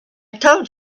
told